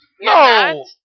no